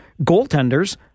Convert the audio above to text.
goaltenders